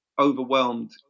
overwhelmed